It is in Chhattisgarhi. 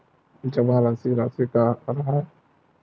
जमा राशि राशि का हरय?